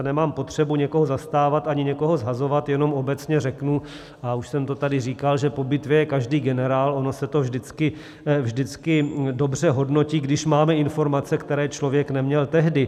Nemám potřebu se někoho zastávat ani někoho shazovat, jenom obecně řeknu a už jsem to tady říkal: po bitvě je každý generál, ono se to vždycky dobře hodnotí, když máme informace, které člověk neměl tehdy.